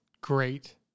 great